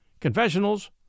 confessionals